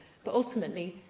but, ultimately,